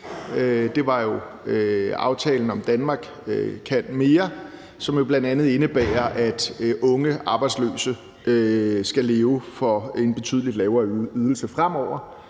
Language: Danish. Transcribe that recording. Det var jo aftalen om »Danmark kan mere«, som bl.a. indebærer, at unge arbejdsløse skal leve for en betydelig lavere ydelse fremover.